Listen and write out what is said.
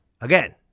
Again